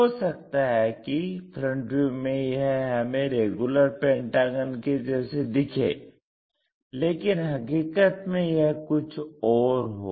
हो सकता है कि FV में यह हमें रेगुलर पेंटागन के जैसे दिखे लेकिन हकीकत में यह कुछ और हो